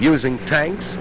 using tanks